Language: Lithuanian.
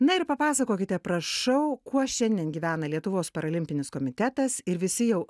na ir papasakokite prašau kuo šiandien gyvena lietuvos parolimpinis komitetas ir visi jau